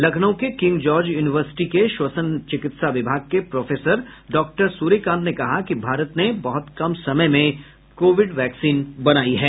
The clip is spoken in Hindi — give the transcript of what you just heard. लखनऊ के किंग जॉर्ज यूनिवर्सिटी के श्वसन चिकित्सा विभाग के प्रोफसर डॉक्टर स्र्यकांत ने कहा कि भारत ने बहुत कम समय में कोविड वैक्सीन बनाई है